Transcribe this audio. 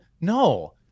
No